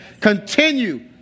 continue